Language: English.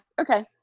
Okay